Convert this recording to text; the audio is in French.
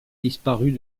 disparue